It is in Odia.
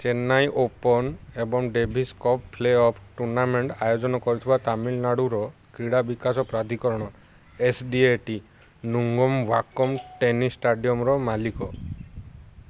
ଚେନ୍ନାଇ ଓପନ୍ ଏବଂ Davis Cup playoff tournament ଆୟୋଜନ କରୁଥିବା ତାମିଲନାଡ଼ୁର କ୍ରୀଡ଼ା ବିକାଶ ପ୍ରାଧିକରଣ S D A T Nungambakkam tennis ଷ୍ଟାଡିୟମ୍ର ମାଲିକ